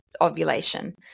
ovulation